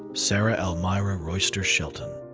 sarah elmira royster shelton.